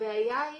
הבעיה היא